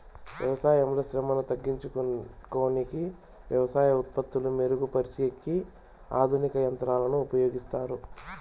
వ్యవసాయంలో శ్రమను తగ్గించుకొనేకి వ్యవసాయ ఉత్పత్తులు మెరుగు పరిచేకి ఆధునిక యంత్రాలను ఉపయోగిస్తారు